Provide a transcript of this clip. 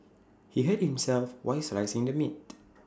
he hit himself while slicing the meat